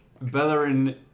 Bellerin